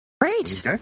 Great